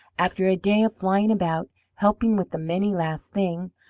after a day of flying about, helping with the many last thing,